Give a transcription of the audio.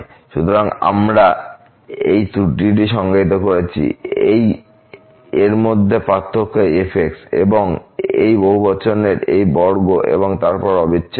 সুতরাং আমরা এই ত্রুটিটি সংজ্ঞায়িত করেছি এই মধ্যে পার্থক্য f এবং এই বহুবচনের এই বর্গ এবং তারপর অবিচ্ছেদ্য